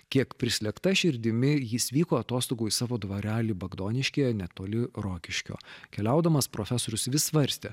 kiek prislėgta širdimi jis vyko atostogų į savo dvarelį bagdoniškyje netoli rokiškio keliaudamas profesorius vis svarstė